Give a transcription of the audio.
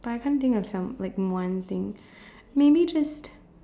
but I can't think of some like one thing maybe just